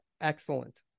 excellent